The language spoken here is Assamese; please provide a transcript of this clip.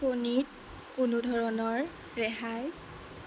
কণীত কোনো ধৰণৰ ৰেহাই